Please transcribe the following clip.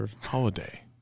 holiday